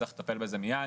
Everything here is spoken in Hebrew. צריך לטפל בזה מיד,